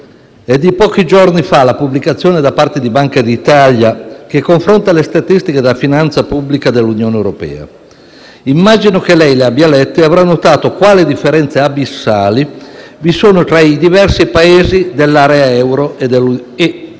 È di pochi giorni fa la pubblicazione da parte della Banca d'Italia che confronta le statistiche della finanza pubblica dell'Unione europea. Immagino che lei le abbia lette e notato quali differenze abissali vi sono tra i diversi Paesi dell'area Euro e dell'area